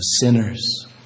sinners